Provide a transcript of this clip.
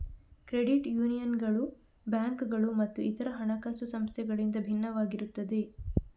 credit ಯೂನಿಯನ್ಗಳು ಬ್ಯಾಂಕುಗಳು ಮತ್ತು ಇತರ ಹಣಕಾಸು ಸಂಸ್ಥೆಗಳಿಂದ ಭಿನ್ನವಾಗಿರುತ್ತವೆ